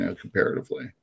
comparatively